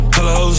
Hello